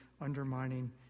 undermining